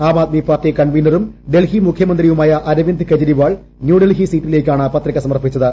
ആം ആദ്മി പാർട്ടി കൺവീനറും ഡൽഹി മുഖ്യമന്ത്രിയുമായ അരവിന്ദ് കേജ് രിവാൾ ന്യൂഡൽഹി സീറ്റിലേക്കാണ് പ്പത്യിക് സമർപ്പിച്ചത്